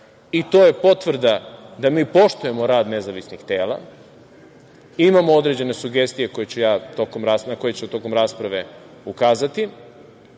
i to je potvrda da mi poštujemo rad nezavisnih tela. Imamo određene sugestije na koje ću tokom rasprave ukazati. Naravno,